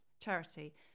charity